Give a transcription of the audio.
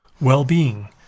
well-being